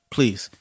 Please